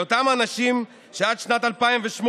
אלה אותם אנשים שעד שנת 2008,